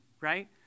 right